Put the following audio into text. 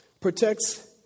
protects